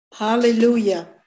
Hallelujah